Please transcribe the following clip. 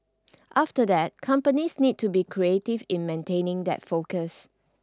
after that companies need to be creative in maintaining that focus